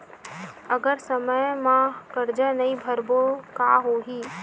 अगर समय मा कर्जा नहीं भरबों का होई?